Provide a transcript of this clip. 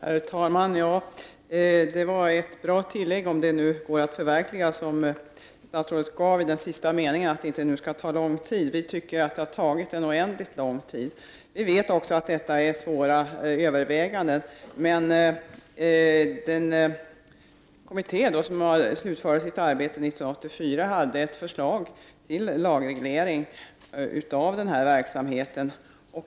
Herr talman! Det var ett bra tillägg som statsrådet gjorde i den sista meningen, att det inte skall ta lång tid. Vi får se om det går att förverkliga. Vi tycker att det har tagit en oändligt lång tid. Vi vet också att detta är svåra överväganden, men den kommitté som slutförde sitt arbete 1984 hade ett förslag till lagreglering av denna verksamhet.